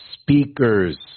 speakers